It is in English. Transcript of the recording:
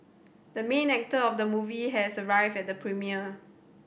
the main actor of the movie has arrived at the premiere